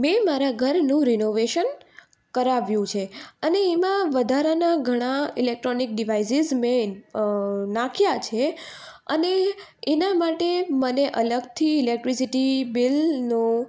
મેં મારા ઘરનું રિનોવેશન કરાવ્યું છે અને એમાં વધારાનાં ઘણાં ઇલેક્ટ્રોનિક ડીવાઇઝીસ મેં નાખ્યા છે અને એના માટે મને અલગથી ઇલેકટ્રીસિટી બિલનો